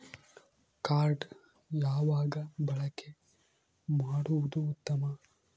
Card ಯಾವಾಗ ಬಳಕೆ ಮಾಡುವುದು ಉತ್ತಮ?